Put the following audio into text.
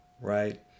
right